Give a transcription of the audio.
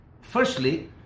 Firstly